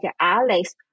Alex